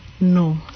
no